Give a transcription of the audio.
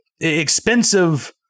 expensive